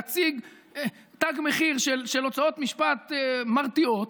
להציג תג מחיר של הוצאות משפט מפתיעות.